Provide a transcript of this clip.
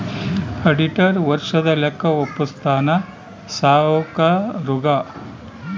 auditor ವರ್ಷದ ಲೆಕ್ಕ ವಪ್ಪುಸ್ತಾನ ಸಾವ್ಕರುಗಾ